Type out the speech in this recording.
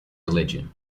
religion